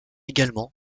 également